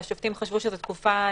והשופטים חשבו שזו תקופה סבירה.